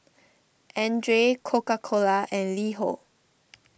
Andre Coca Cola and LiHo